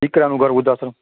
દીકરાનું ઘર વૃદ્ધાશ્રમ